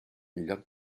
lloc